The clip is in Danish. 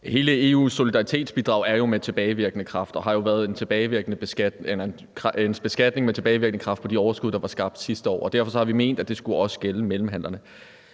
Hele EU's solidaritetsbidrag er jo med tilbagevirkende kraft og har jo været en beskatning med tilbagevirkende kraft af de overskud, der var skabt sidste år, og derfor har vi ment, at det også skulle gælde mellemhandlerne.